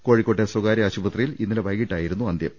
കോഴിക്കോട്ടെ സ്വകാര്യ ആശുപത്രിയിൽ ഇന്നലെ വൈകീട്ടായിരുന്നു അന്തൃം